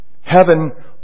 heaven